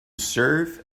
serve